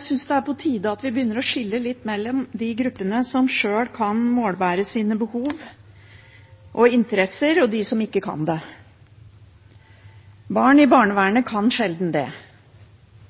syns det er på tide at vi begynner å skille litt mellom de gruppene som sjøl kan målbære sine behov og interesser, og de som ikke kan det. Barn i barnevernet kan sjelden det.